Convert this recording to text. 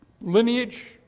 lineage